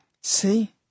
See